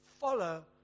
follow